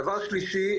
דבר שלישי,